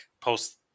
post